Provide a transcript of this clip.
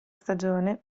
stagione